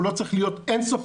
הוא לא צריך להיות אינסופי,